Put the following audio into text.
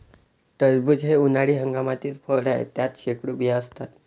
टरबूज हे उन्हाळी हंगामातील फळ आहे, त्यात शेकडो बिया असतात